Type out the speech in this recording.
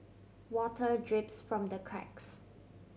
water drips from the cracks